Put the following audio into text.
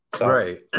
Right